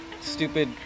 stupid